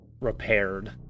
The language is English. repaired